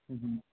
ਹਮ ਹਮ